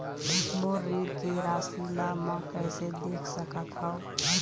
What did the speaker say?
मोर ऋण के राशि ला म कैसे देख सकत हव?